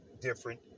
different